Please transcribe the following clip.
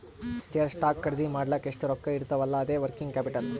share, stock ಖರ್ದಿ ಮಾಡ್ಲಕ್ ಎಷ್ಟ ರೊಕ್ಕಾ ಇರ್ತಾವ್ ಅಲ್ಲಾ ಅದೇ ವರ್ಕಿಂಗ್ ಕ್ಯಾಪಿಟಲ್